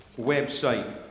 website